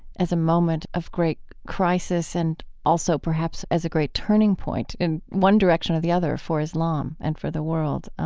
as a moment of great crisis and also, perhaps, as a great turning point in one direction or the other for islam and for the world.